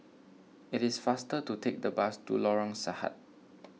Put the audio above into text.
it is faster to take the bus to Lorong Sahad